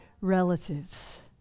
relatives